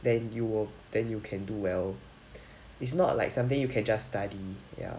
then you will then you can do well it's not like something you can just study ya